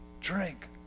Drink